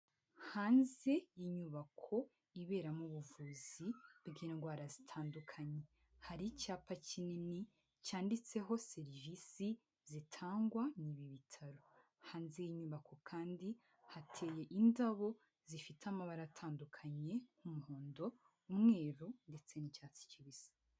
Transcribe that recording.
Hanze y'inyubako iberamo ubuvuzi bw'indwara zitandukanye, hari icyapa kinini cyanditseho serivisi zitangwa ni bi bitaro. Hanze y'inyubako kandi hateye indabo zifite amabara atandukanye, umuhondo, umweru ndetse n'icyatsi kibisi.